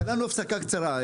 תן לנו הפסקה קצרה.